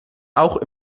auch